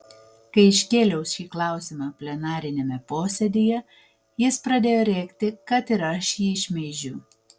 kai iškėliau šį klausimą plenariniame posėdyje jis pradėjo rėkti kad ir aš jį šmeižiu